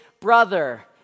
brother